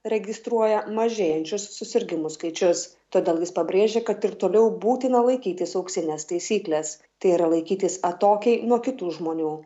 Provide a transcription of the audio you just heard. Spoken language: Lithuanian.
registruoja mažėjančius susirgimų skaičius todėl jis pabrėžė kad ir toliau būtina laikytis auksinės taisyklės tai yra laikytis atokiai nuo kitų žmonių